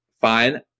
fine